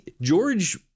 George